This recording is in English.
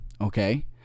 Okay